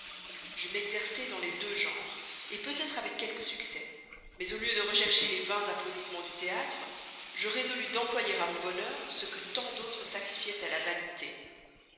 je m'exerçai dans les deux genres peut-être avec quelque succès mais au lieu de rechercher les vains applaudissements du théâtre je résolus d'employer à mon bonheur ce que tant d'autres sacrifiaient à la vanité